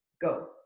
Go